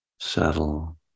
settle